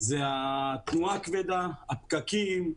זה התנועה הכבדה, הפקקים.